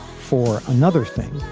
for another thing,